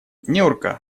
нюрка